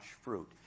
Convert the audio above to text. fruit